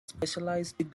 specialised